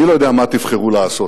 אני לא יודע מה תבחרו לעשות,